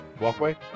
walkway